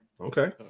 Okay